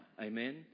Amen